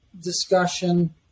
discussion